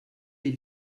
les